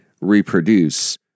reproduce